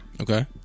Okay